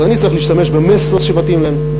אז אני צריך להשתמש במסר שמתאים להם,